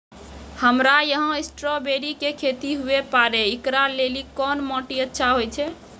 हमरा यहाँ स्ट्राबेरी के खेती हुए पारे, इकरा लेली कोन माटी अच्छा होय छै?